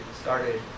started